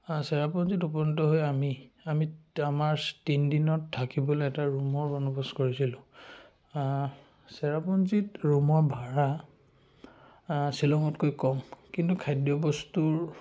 চেৰাপুঞ্জীত উপনীত হৈ আমি আমি আমাৰ তিনদিনত থাকিবলৈ এটা ৰুমৰ বন্দবস্ত কৰিছিলোঁ চেৰাপুঞ্জীত ৰুমৰ ভাড়া শ্বিলঙতকৈ কম কিন্তু খাদ্য বস্তুৰ